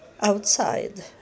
outside